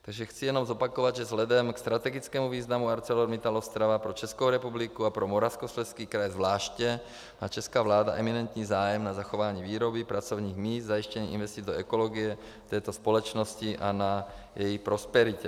Takže chci jenom zopakovat, že vzhledem k strategickému významu ArcelorMittal Ostrava pro Českou republiku a pro Moravskoslezský kraj zvláště má česká vláda eminentní zájem na zachování výroby, pracovních míst, zajištění investic do ekologie této společnosti a na její prosperitě.